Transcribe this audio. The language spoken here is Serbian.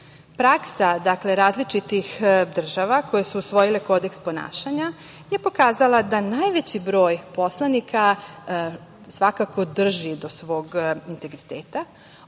dakle, različitih država koje su usvojile kodeks ponašanja je pokazala da najveći broj poslanika svakako drži do svog integriteta,